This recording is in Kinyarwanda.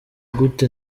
gute